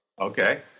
Okay